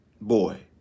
boy